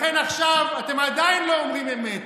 לכן, עכשיו אתם עדיין לא אומרים אמת.